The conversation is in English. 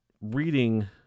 reading